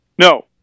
No